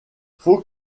faut